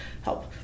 help